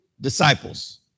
disciples